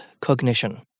cognition